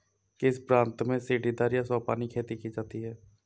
किस प्रांत में सीढ़ीदार या सोपानी खेती की जाती है?